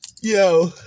Yo